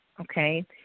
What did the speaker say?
okay